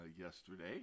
yesterday